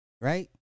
Right